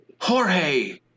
Jorge